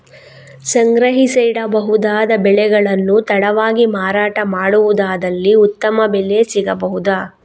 ಸಂಗ್ರಹಿಸಿಡಬಹುದಾದ ಬೆಳೆಗಳನ್ನು ತಡವಾಗಿ ಮಾರಾಟ ಮಾಡುವುದಾದಲ್ಲಿ ಉತ್ತಮ ಬೆಲೆ ಸಿಗಬಹುದಾ?